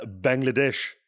Bangladesh